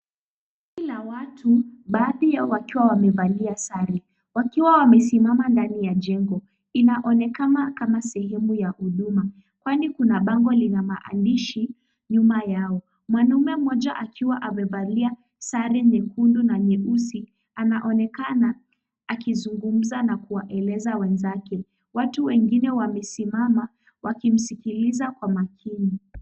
Kundi la watu, baadhi yao wakiwa wamevalia sare wakiwa wamesimama ndani ya jengo. Inaonekana kama sehemu ya huduma kwani kuna bango lina maandishi nyuma yao. Mwanaume mmoja akiwa amevalia sare nyekundu na nyeusi anaonekana akizungumza na kuwaeleza wenzake. Watu wengine wamesimama wakimsikiliza kwa makini.